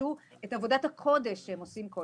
ייטשו את עבודת הקודש שהם עושים.